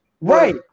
right